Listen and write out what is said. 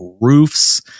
roofs